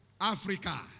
Africa